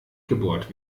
gebohrt